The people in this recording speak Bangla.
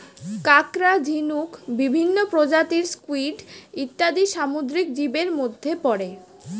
কাঁকড়া, ঝিনুক, বিভিন্ন প্রজাতির স্কুইড ইত্যাদি সামুদ্রিক জীবের মধ্যে পড়ে